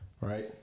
right